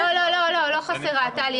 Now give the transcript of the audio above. לא חסר.